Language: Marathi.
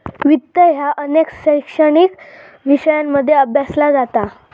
वित्त ह्या अनेक शैक्षणिक विषयांमध्ये अभ्यासला जाता